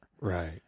right